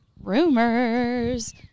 Rumors